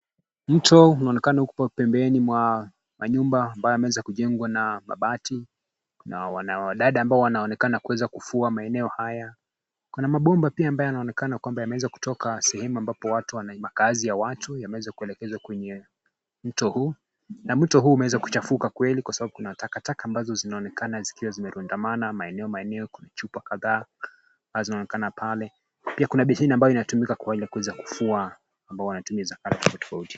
Mto unaonekana kuwa pemebeni mwa nyumba ambayo yameweza kujengwa na mabati na wanadada ambao wanaonekana kuweza kufua maenoeo haya. Kuna mabomba pia ambayo yanaonekana kwamba yameweza kutoka sehemu ambapo watu wanaiba kazi ya watu yameweza kuelekezwa kwenye mto huu na mto huu umeweza kuchafuka kweli kwa sababu kuna takataka ambazo zinaonekana zikiwa zimerudamana maeneo maeneo, kuna chupa kadhaa ambazo zinaonekana pale, pia kuna besheni ambayo inatumika kwaweza kufua ambao wanatumia za color tofauti.